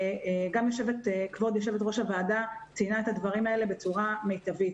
גם כבוד יושבת-ראש הוועדה ציינה את הדברים האלה בצורה מיטבית.